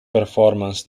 performance